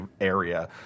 area